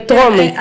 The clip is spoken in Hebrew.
בטרומית.